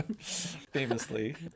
Famously